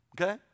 okay